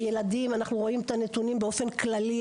הילדים אנחנו רואים את הנתונים באופן כללי,